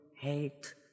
hate